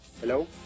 Hello